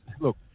look